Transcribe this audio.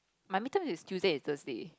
my midterms is Tuesday and Thursday